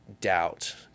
doubt